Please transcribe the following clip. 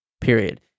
period